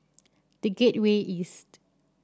The Gateway East